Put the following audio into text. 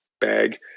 bag